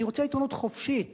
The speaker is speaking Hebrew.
אני רוצה עיתונות חופשית